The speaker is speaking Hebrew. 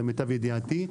למיטב ידיעתי.